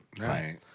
Right